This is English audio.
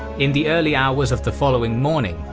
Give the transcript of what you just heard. in the early hours of the following morning,